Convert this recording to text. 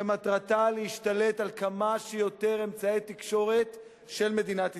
שמטרתה להשתלט על כמה שיותר אמצעי תקשורת של מדינת ישראל.